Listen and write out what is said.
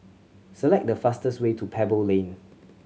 select the fastest way to Pebble Lane